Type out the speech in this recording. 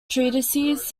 treatises